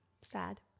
sad